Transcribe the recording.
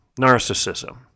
narcissism